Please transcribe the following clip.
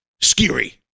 scary